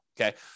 okay